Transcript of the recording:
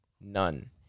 None